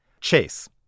Chase